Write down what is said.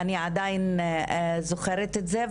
אני עדיין זוכרת את זה,